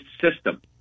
system